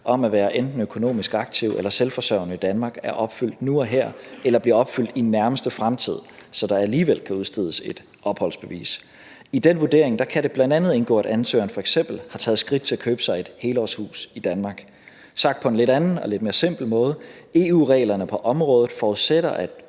om at være enten økonomisk aktiv eller selvforsørgende i Danmark er opfyldt nu og her eller bliver opfyldt i nærmeste fremtid, så der alligevel kan udstedes et opholdsbevis. I den vurdering kan det bl.a. indgå, at ansøgeren f.eks. har taget skridt til at købe sig et helårshus i Danmark. Sagt på en lidt anden og lidt mere simpel måde: EU-reglerne på området forudsætter, at